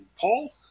Paul